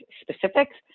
specifics